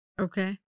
okay